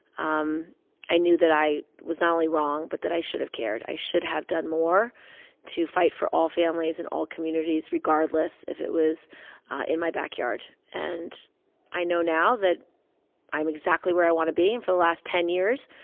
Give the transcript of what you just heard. um i knew that i was not only wrong but that i should have cared. i should have done more to fight for all families and all communities, regardless if it was in my backyard. and i know now that i'm exactly where i want to be. and for the last ten years,